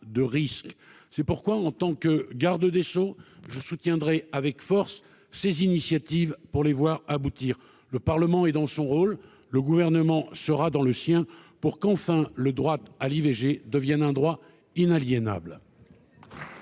C'est pourquoi, en tant que garde des sceaux, je soutiendrai avec force ces initiatives pour les voir aboutir. Le Parlement est dans son rôle ; le Gouvernement sera dans le sien pour qu'enfin le droit à l'IVG devienne un droit inaliénable.